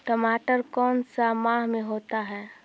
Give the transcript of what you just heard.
टमाटर कौन सा माह में होता है?